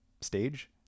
stage